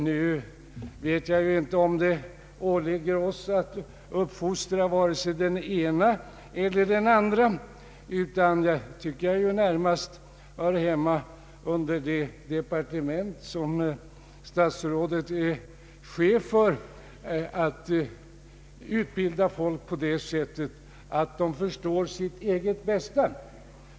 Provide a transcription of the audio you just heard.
Nu vet jag inte om det åligger oss att uppfostra vare sig den ena eller den andra, utan det tycker jag ju närmast hör hemma under det departement som statsrådet är chef för, att utbilda folk så att de förstår sitt eget bästa.